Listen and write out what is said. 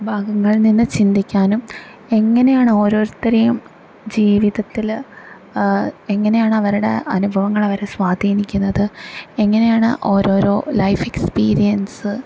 ഭാഗങ്ങളിൽ നിന്ന് ചിന്തിക്കാനും എങ്ങനെയാണ് ഓരോരുത്തരെയും ജീവിതത്തില് എങ്ങനെയാണവരുടെ അനുഭവങ്ങൾ അവരെ സ്വാധീനിക്കുന്നത് എങ്ങനെയാണ് ഓരോരോ ലൈഫ് എക്സ്പീരിയൻസ്